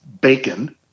bacon